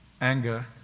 anger